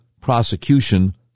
prosecution